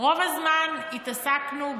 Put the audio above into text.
רוב הזמן התעסקנו,